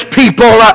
people